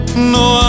No